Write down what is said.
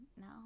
no